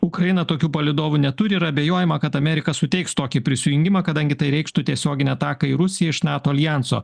ukraina tokių palydovų neturi ir abejojama kad amerika suteiks tokį prisijungimą kadangi tai reikštų tiesioginę ataką į rusiją iš nato aljanso